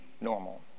normal